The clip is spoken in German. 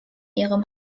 ihrem